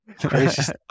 crazy